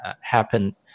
happen